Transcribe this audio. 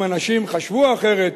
אם אנשים חשבו אחרת,